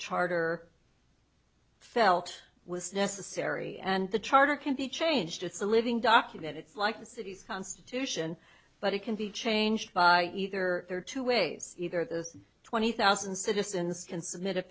charter felt was necessary and the charter can be changed it's a living document it's like the city's constitution but it can be changed by either there are two ways either of those twenty thousand citizens can submit a